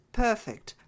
perfect